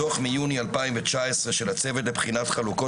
בדו"ח מיוני 2019 של הצוות לבחינת חלוקת